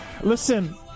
Listen